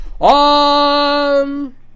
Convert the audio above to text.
On